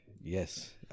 Yes